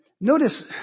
notice